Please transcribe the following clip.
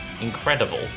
Incredible